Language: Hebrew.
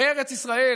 "בארץ ישראל